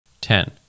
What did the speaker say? ten